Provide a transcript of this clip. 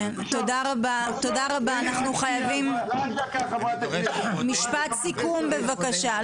תודה רבה מר שיף, משפט סיכום בבקשה.